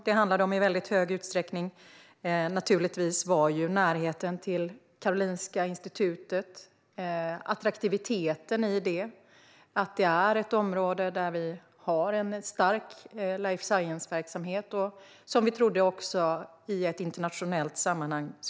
Det handlade i hög utsträckning om närheten till Karolinska Institutet, om attraktiviteten i det och om att detta är ett område där vi har en stark life science-verksamhet, som vi trodde skulle stå sig väl också i ett internationellt sammanhang.